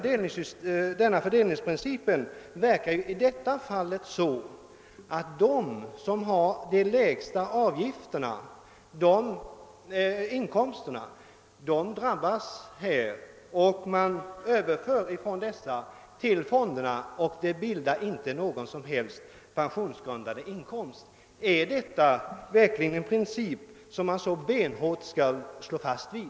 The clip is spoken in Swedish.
Denna fördelningsprincip verkar ju i detta fall så, att de som har de lägsta inkomsterna blir de som drabbas. Man överför pengar från dessa till fonderna, och det bildas inte någon som helst pensionsgrundande inkomst. Är detta verkligen en princip som man så benhårt skall hålla fast vid?